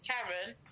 Karen